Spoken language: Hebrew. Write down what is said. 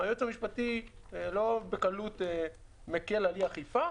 היועץ המשפטי לא בקלות מקל על אי-אכיפה,